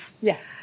Yes